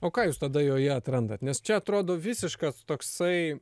o ką jūs tada joje atrandat nes čia atrodo visiškas toksai